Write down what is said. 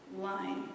line